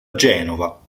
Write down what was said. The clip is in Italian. genova